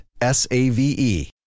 S-A-V-E